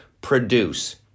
produce